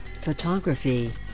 photography